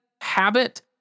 habit